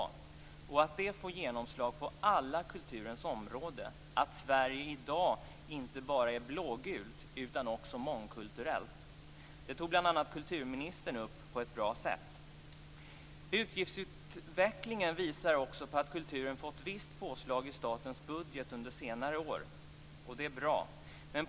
Det är viktigt att det får genomslag på alla kulturens områden att Sverige i dag inte bara är blågult, utan också mångkulturellt. Det tog bl.a. kulturministern upp på ett bra sätt. Utgiftsutvecklingen visar också på att kulturen fått ett visst påslag i statens budget under senare år. Det är bra.